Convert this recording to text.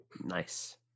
Nice